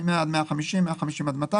מ-100 אלף עד 150 אלף,